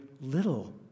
little